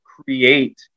create